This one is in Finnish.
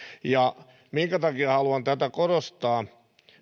ja minkä takia haluan tätä korostaa